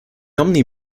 omni